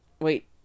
Wait